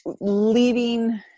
leading